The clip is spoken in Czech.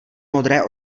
modré